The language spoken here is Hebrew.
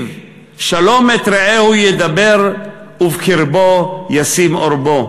שלום את רעהו ידבר ובקרבו ישים אָרְבּו".